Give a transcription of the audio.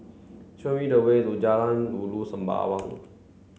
show me the way to Jalan Ulu Sembawang